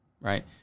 Right